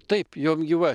taip jom gi va